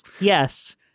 Yes